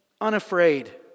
unafraid